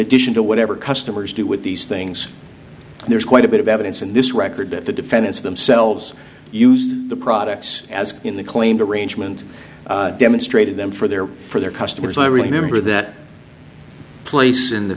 addition to whatever customers do with these things there's quite a bit of evidence in this record that the defendants themselves used the products as in the claimed arrangement demonstrated them for their for their customers i remember that place in the